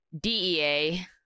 DEA